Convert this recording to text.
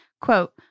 quote